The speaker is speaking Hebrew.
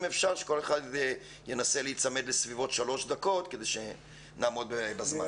אם אפשר שכל אחד ייצמד לשלוש דקות כדי שנעמוד במשימה.